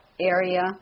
area